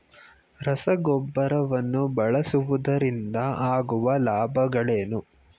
ರಸಗೊಬ್ಬರವನ್ನು ಬಳಸುವುದರಿಂದ ಆಗುವ ಲಾಭಗಳೇನು?